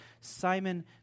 Simon